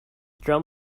drum